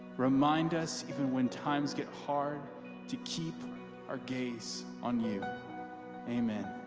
remind us even when times get hard to keep our gaze on you amen